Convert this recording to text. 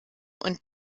und